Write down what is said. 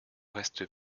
reste